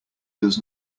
does